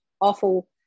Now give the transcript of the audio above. awful